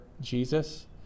Jesus